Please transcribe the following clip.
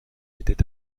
était